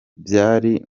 byari